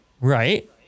Right